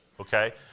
okay